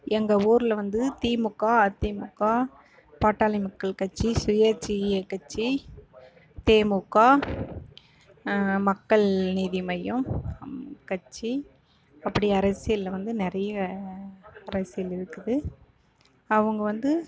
எங்கள் ஊரில் வந்து திமுக அதிமுக பாட்டாளி மக்கள் கட்சி சுயேச்சிய கட்சி தேமுக மக்கள் நீதி மையம் அம் கட்சி அப்படி அரசியலில் வந்து நிறைய அரசியல் இருக்குது அவங்க வந்து